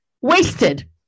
Wasted